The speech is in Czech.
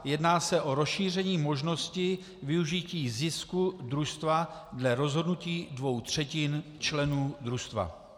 Jedná se o rozšíření možnosti využití zisku družstva dle rozhodnutí dvou třetin členů družstva.